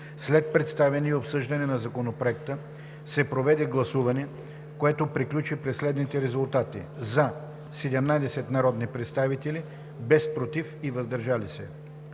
След представяне и обсъждане на Законопроекта се проведе гласуване, което приключи при следните резултати: 17 гласа „за“, без „против“ и „въздържал се“.